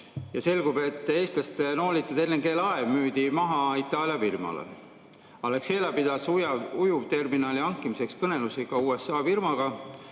ja selgub, et eestlaste noolitud LNG-laev müüdi maha Itaalia firmale. Alexela pidas ujuvterminali hankimiseks kõnelusi ka USA firmaga,